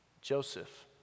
Joseph